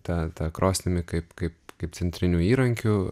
ta ta krosnimi kaip kaip kaip centriniu įrankiu